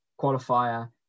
qualifier